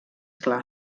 clar